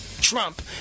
Trump